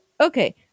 okay